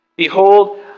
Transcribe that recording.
Behold